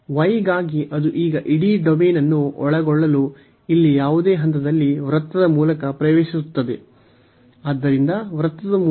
y ಗಾಗಿ ಅದು ಈಗ ಇಡೀ ಡೊಮೇನ್ ಅನ್ನು ಒಳಗೊಳ್ಳಲು ಇಲ್ಲಿ ಯಾವುದೇ ಹಂತದಲ್ಲಿ ವೃತ್ತದ ಮೂಲಕ ಪ್ರವೇಶಿಸುತ್ತಿದೆ ಆದ್ದರಿಂದ ವೃತ್ತದ ಮೂಲಕ ಪ್ರವೇಶಿಸುವುದು